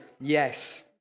yes